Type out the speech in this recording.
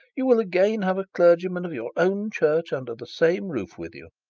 you will again have a clergyman of your own church under the same roof with you,